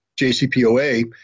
JCPOA